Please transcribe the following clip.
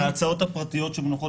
וההצעות הפרטיות שמונחות